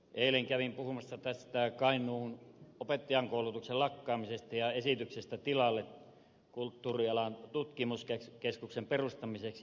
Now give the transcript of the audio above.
eilen kävin puhumassa tästä kainuun opettajankoulutuksen lakkaamisesta ja esityksestä kulttuurialan tutkimuskeskuksen perustamiseksi sen tilalle